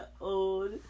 Old